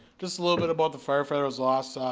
just a little bit about the firefighter's loss. ah